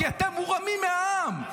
כי אתם מורמים מהעם.